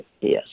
yes